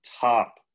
top